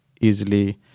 easily